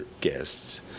guests